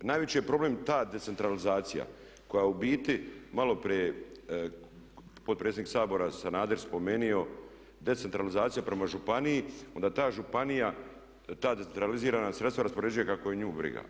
I najveći je problem ta decentralizacija koja u biti maloprije je potpredsjednik Sabora Sanader spomenuo decentralizacija prema županiji i onda ta županija ta decentralizirana sredstva raspoređuje kako je nju briga.